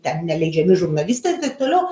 ten neleidžiami žurnalistai ir taip toliau